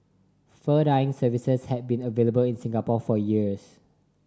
fur dyeing services have been available in Singapore for years